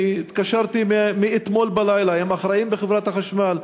אני התקשרתי מאתמול בלילה האחראים בחברת החשמל,